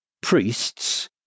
priests